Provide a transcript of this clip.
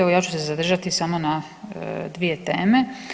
Evo ja ću se zadržati samo na dvije teme.